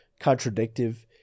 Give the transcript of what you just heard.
contradictive